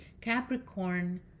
Capricorn